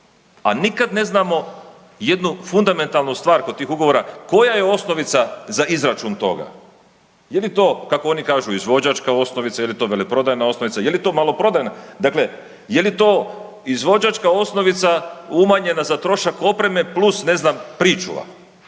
a nikad ne znamo jednu fundamentalnu stvar kod tih ugovora, koja je osnovica za izračun toga. Je li to, kako oni kažu izvođačka osnovica, je li to veleprodajna osnovica, je li to maloprodajna, dakle je li to izvođačka osnovica umanjena za trošak opreme, plus, ne znam, pričuva?